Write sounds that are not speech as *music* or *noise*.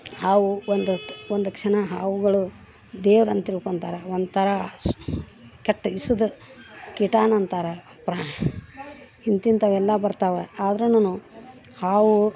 ಹಾವು ಒಂದೊತ್ತು ಒಂದು ಕ್ಷಣ ಹಾವುಗಳು ದೇವ್ರು ಅಂತ ತಿಳ್ಕೊಂತಾರ ಒಂಥರಾ *unintelligible* ಕೆಟ್ಟ ವಿಷದ ಕೀಟಾನಂತಾರ ಪ್ರಾ ಇಂಥಿಂಥವೆಲ್ಲಾ ಬರ್ತಾವೆ ಆದ್ರುನು ಹಾವು